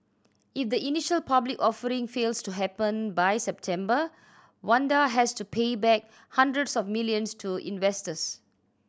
if the initial public offering fails to happen by September Wanda has to pay back hundreds of millions to investors